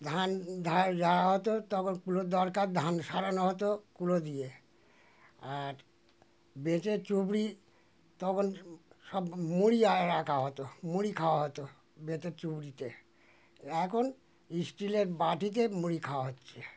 ধান ঝাড়া ঝাড়া হতো তখন কুলোর দরকার ধান ছাড়ানো হতো কুলো দিয়ে আর বেতের চুবড়ি তখন সব মুড়ি আর রাখা হতো মুড়ি খাওয়া হতো বেতের চুবড়িতে এখন স্টিলের বাটিতে মুড়ি খাওয়া হচ্ছে